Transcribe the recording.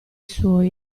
suoi